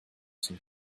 some